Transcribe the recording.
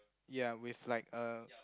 ya with like a